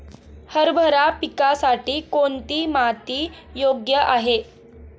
हरभरा पिकासाठी कोणती माती योग्य आहे?